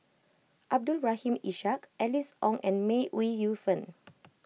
Abdul Rahim Ishak Alice Ong and May Ooi Yu Fen